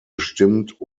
bestimmt